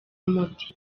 modi